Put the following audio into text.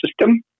system